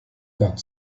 got